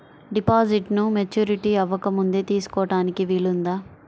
డిపాజిట్ను మెచ్యూరిటీ అవ్వకముందే తీసుకోటానికి వీలుందా?